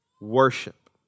Worship